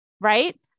right